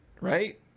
Right